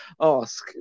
ask